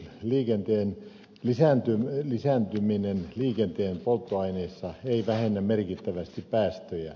biopolttoaineiden osuuden lisääntyminen liikenteen polttoaineissa ei vähennä merkittävästi päästöjä